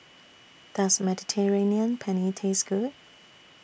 Does Mediterranean Penne Taste Good